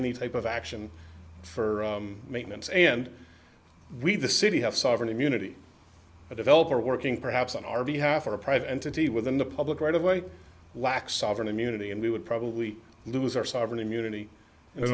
any type of action for maintenance and we the city have sovereign immunity a developer working perhaps on our behalf or a private entity within the public right of way lack sovereign immunity and we would probably lose our sovereign immunity